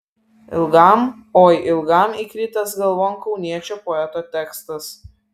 ilgam oi ilgam įkritęs galvon kauniečio poeto tekstas